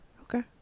Okay